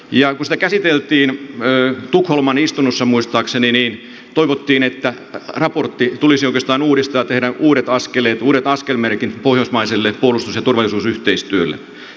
kun sitä käsiteltiin tukholman istunnossa muistaakseni niin toivottiin että raportti tulisi oikeastaan uudistaa ja tehdä uudet askeleet uudet askelmerkit pohjoismaiselle puolustus ja turvallisuusyhteistyölle